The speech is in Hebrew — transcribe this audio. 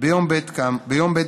בוועדת הכלכלה מטעם סיעת